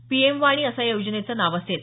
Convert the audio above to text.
PM वाणी असं या योजनेचं नाव असेल